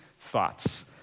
thoughts